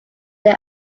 they